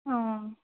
অঁ